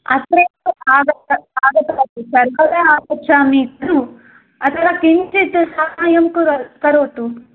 अत्रैव आगत्य आगतवती सर्वदा आगच्छामि खलु अतः किञ्चित् साहायं कुरो करोतु